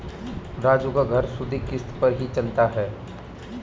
राजू का घर सुधि किश्ती पर ही चलता है